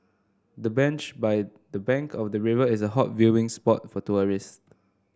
the bench by the bank of the river is a hot viewing spot for tourists